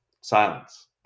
silence